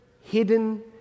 hidden